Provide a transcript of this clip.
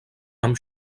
amb